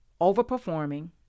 overperforming